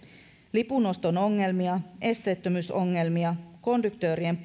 lipun oston ongelmiin esteettömyysongelmiin konduktöörien